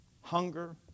hunger